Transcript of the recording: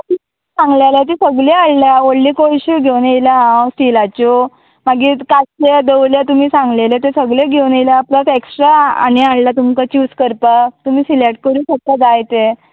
सांगलें जाल्यार ती सगलीं हाडल्या व्हडल्यो कळश्यो घेवन येयलां हांव स्टिलाच्यो मागीर काशे दवले तुमी सांगलेले ते सगळे घेवन येयलां प्लस एक्स्ट्रा आनी हाडला तुमकां चूज करपाक तुमी सिलेक्ट करूं शकता जाय तें